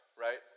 right